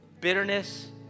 bitterness